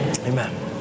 Amen